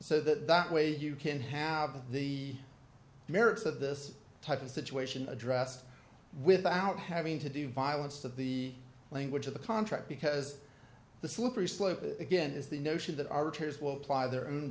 so that that way you can have the merits of this type of situation addressed without having to do violence to the language of the contract because the slippery slope again is the notion that